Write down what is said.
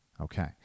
okay